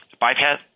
bypass